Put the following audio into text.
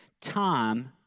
Time